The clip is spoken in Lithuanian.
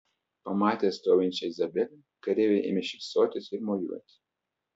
pamatę stovinčią izabelę kareiviai ėmė šypsotis ir mojuoti